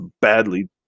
badly